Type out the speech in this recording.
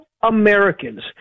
americans